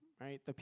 right